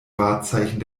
wahrzeichen